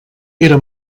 era